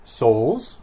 souls